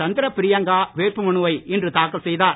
சந்திர பிரியங்கா வேட்பு மனுவை இன்று தாக்கல் செய்தார்